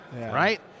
right